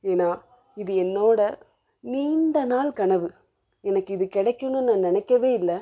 ஏன்னா இது என்னோடய நீண்ட நாள் கனவு எனக்கு இது கிடைக்குன்னு நான் நினைக்கவே இல்லை